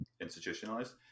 institutionalized